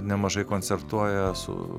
nemažai koncertuoja su